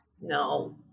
No